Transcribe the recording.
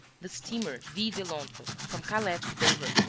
the steamer ville de londres, from calais to dover,